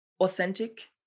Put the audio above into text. authentic